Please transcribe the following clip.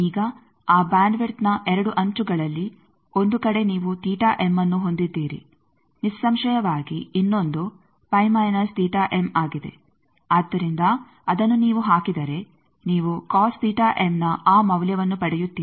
ಈಗ ಆ ಬ್ಯಾಂಡ್ ವಿಡ್ತ್ನ ಎರಡು ಅಂಚುಗಳಲ್ಲಿ ಒಂದು ಕಡೆ ನೀವು ಅನ್ನು ಹೊಂದಿದ್ದೀರಿ ನಿಸ್ಸಂಶಯವಾಗಿ ಇನ್ನೊಂದು ಆಗಿದೆ ಆದ್ದರಿಂದ ಅದನ್ನು ನೀವು ಹಾಕಿದರೆ ನೀವು ನ ಆ ಮೌಲ್ಯವನ್ನು ಪಡೆಯುತ್ತೀರಿ